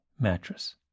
mattress